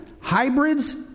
hybrids